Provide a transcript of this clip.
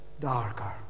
darker